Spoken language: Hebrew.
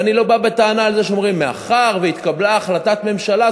ואני לא בא בטענה על זה שאומרים: מאחר שהתקבלה החלטת ממשלה,